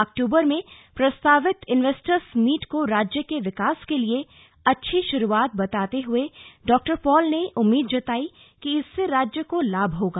अक्टूबर में प्रस्तावित investors meet को राज्य के विकास के लिए अच्छी शुरूआत बताते हुए डॉ पॉल ने उम्मीद जताई कि इससे राज्य को लाभ होगा